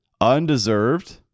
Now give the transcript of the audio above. undeserved